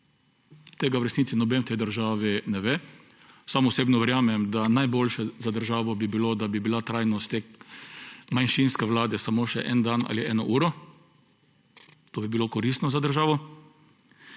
Tega v resnici nihče v tej državi ne ve. Sam osebno verjamem, da bi bilo najboljše za državo, da bi bila trajnost te manjšinske vlade samo še en dan ali eno uro, to bi bilo koristno za državo,